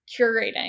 curating